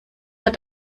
hat